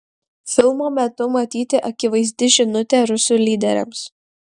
filmo metu matyti akivaizdi žinutė rusų lyderiams